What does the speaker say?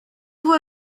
vous